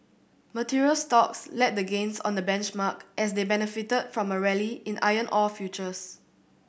materials stocks led the gains on the benchmark as they benefited from a rally in iron ore futures